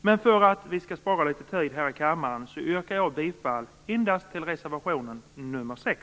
Men för att spara tid i kammaren yrkar jag bifall endast till reservation nr 6.